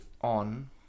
on